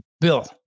bill